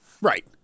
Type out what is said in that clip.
Right